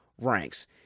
ranks